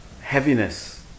heaviness